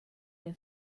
have